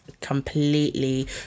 completely